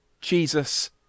Jesus